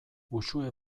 uxue